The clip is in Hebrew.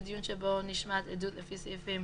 בדיון שבו נשמעת עדות לפי סעיפים